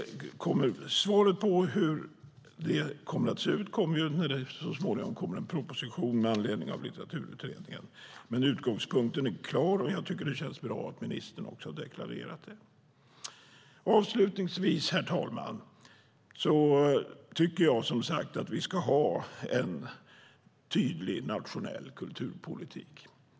Svaret på hur det kommer att se ut kommer så småningom i en proposition med anledning av Litteraturutredningen, men utgångspunkten är klar, och jag tycker att det känns bra att ministern också har deklarerat det. Avslutningsvis, herr talman, tycker jag som sagt att vi ska ha en tydlig nationell kulturpolitik.